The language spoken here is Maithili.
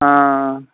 हँ